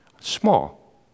Small